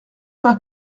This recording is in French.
pas